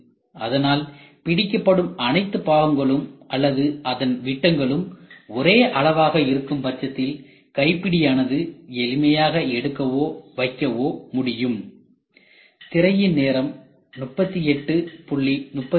அதனால் பிடிக்கப்படும் அனைத்து பாகங்களும் அல்லது அதன் விட்டங்களும் ஒரே அளவாக இருக்கும் பட்சத்தில் கைப்பிடி ஆனது எளிமையாக எடுக்கவோ வைக்கவோ முடியும்